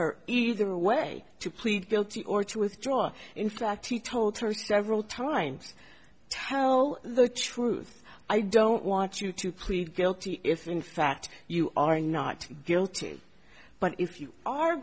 her either way to plead guilty or to withdraw in fact he told her several times tell the truth i don't want you to plead guilty if in fact you are not guilty but if you are